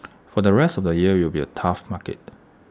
for the rest of the year IT will be A tough market